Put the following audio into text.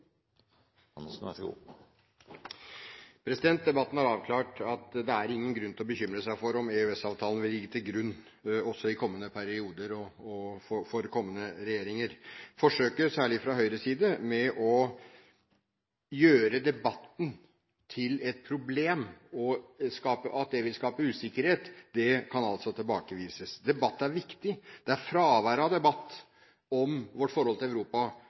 ingen grunn til å bekymre seg for om EØS-avtalen vil ligge til grunn også i kommende perioder og for kommende regjeringer. Forsøket, særlig fra Høyres side, med å gjøre debatten til et problem og si at det vil skape usikkerhet, kan altså tilbakevises. Debatt er viktig. Det er fravær av debatt om vårt forhold til Europa